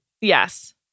Yes